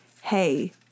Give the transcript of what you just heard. hey